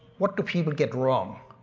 what do people get wrong?